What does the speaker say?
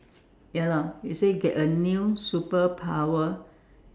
ya lah it say get a new superpower